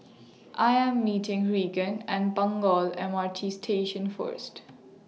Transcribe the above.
I Am meeting Reagan At Punggol M R T Station First